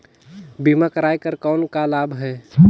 बीमा कराय कर कौन का लाभ है?